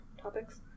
topics